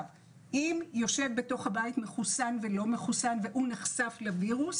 אם יושב בתוך הבית מחוסן ולא מחוסן והוא נחשף לווירוס